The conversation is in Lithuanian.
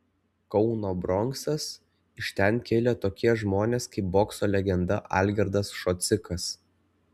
kauno bronksas iš ten kilę tokie žmonės kaip bokso legenda algirdas šocikas